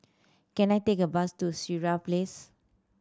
can I take a bus to Sireh Place